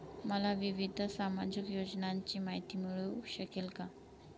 मला विविध सामाजिक योजनांची माहिती मिळू शकेल का?